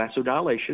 vasodilation